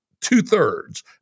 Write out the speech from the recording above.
two-thirds